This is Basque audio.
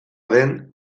den